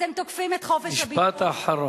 אתם תוקפים את חופש הביטוי, משפט אחרון.